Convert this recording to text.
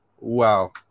Wow